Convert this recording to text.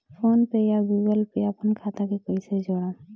PhonePe या Google Pay पर अपना खाता के कईसे जोड़म?